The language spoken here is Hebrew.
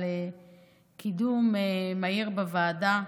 על קידום מהיר בוועדה.